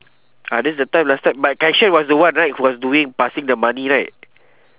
ah that's the time last time but kai xuan was the one right who was doing passing the money right